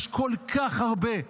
יש כל כך הרבה.